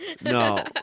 No